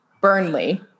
Burnley